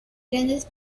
grandes